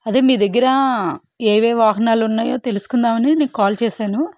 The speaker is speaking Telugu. అదే మీ దగ్గర ఏవే వాహనాలు ఉన్నాయో తెలుసుకుందామని మీకు కాల్ చేశాను